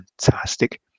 fantastic